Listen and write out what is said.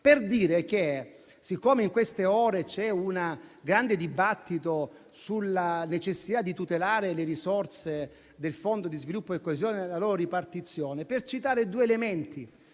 in essere, siccome in queste ore c'è un grande dibattito sulla necessità di tutelare le risorse del Fondo per lo sviluppo e la coesione, nella loro ripartizione, per citare due elementi: